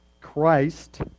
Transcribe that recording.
Christ